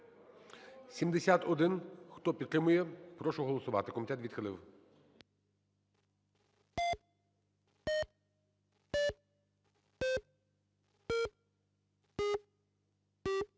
Хто підтримує, я прошу голосувати.